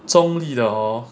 zhong li 的哦